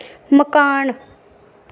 मकान